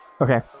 Okay